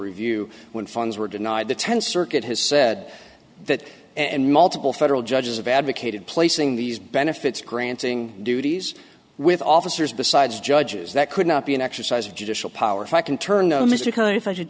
review when funds were denied the tenth circuit has said that and multiple federal judges have advocated placing these benefits granting duties with officers besides judges that could not be an exercise of judicial power if i can turn though mr cohen if i could